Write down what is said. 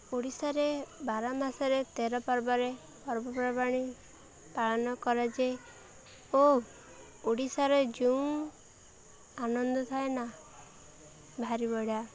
ଓଡ଼ିଶାରେ ବାର ମାସରେ ତେର ପର୍ବରେ ପର୍ବପର୍ବାଣି ପାଳନ କରାଯାଏ ଓ ଓଡ଼ିଶାରେ ଯେଉଁ ଆନନ୍ଦ ଥାଏ ନା ଭାରିି ବଢ଼ିଆ